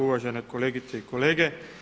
Uvažene kolegice i kolege.